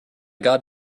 got